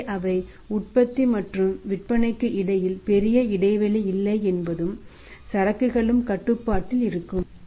எனவே அவை உற்பத்தி மற்றும் விற்பனைக்கு இடையில் பெரிய இடைவெளி இல்லை என்பதும் சரக்குகளும் கட்டுப்பாட்டில் இருக்கும்